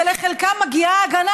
ולחלקם מגיעה הגנה,